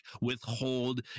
withhold